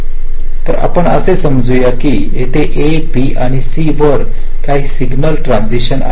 तर आपण असे समजू की येथे a b आणि c वर काही सिग्नल ट्रान्सिशन आहेत